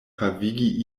havigi